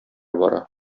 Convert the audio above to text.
бара